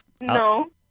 No